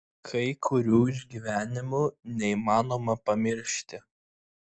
kai kurių išgyvenimų neįmanoma pamiršti